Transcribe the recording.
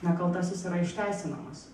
nekaltasis yra išteisinamas